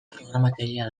programatzailea